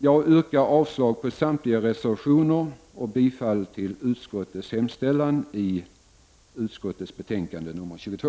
Jag yrkar avslag på samtliga reservationer och bifall till utskottets hemställan i jordbruksutskottets betänkande 22.